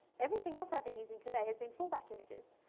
everything else i've been using today has been fallback images,